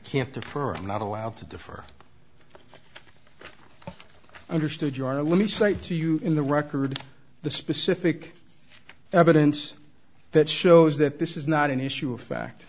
can't the for i'm not allowed to differ understood you are let me say to you in the record the specific evidence that shows that this is not an issue of fact